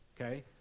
okay